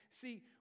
See